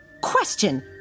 Question